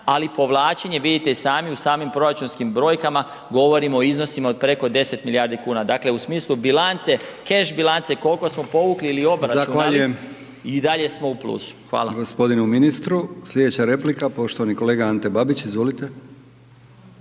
ali povlačenje, vidite i sami u samim proračunskim brojkama, govorimo o iznosim od preko 10 milijardi kuna, dakle su smislu bilance, cash bilance, koliko smo povukli ili obračunali, .../Upadica: